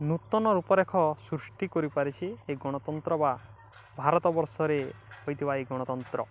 ନୂତନ ରୂପରେଖ ସୃଷ୍ଟି କରିପାରିଛି ଏ ଗଣତନ୍ତ୍ର ବା ଭାରତବର୍ଷରେ ହୋଇଥିବା ଏଇ ଗଣତନ୍ତ୍ର